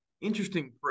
interesting